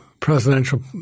presidential